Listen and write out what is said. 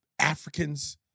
Africans